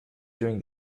doing